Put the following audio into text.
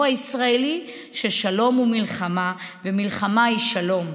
הישראלי ששלום הוא מלחמה ומלחמה היא שלום.